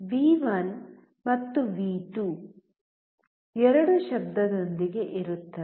ವಿ1 ಮತ್ತು ವಿ2 ಎರಡೂ ಶಬ್ದದೊಂದಿಗೆ ಇರುತ್ತವೆ